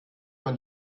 man